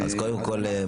קודם כול,